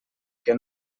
que